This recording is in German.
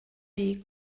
wie